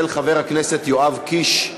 של חבר הכנסת יואב קיש.